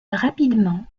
rapidement